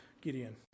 Gideon